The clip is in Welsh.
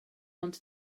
ond